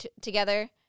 together